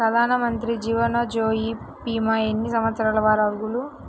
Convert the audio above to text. ప్రధానమంత్రి జీవనజ్యోతి భీమా ఎన్ని సంవత్సరాల వారు అర్హులు?